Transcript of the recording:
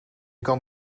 kan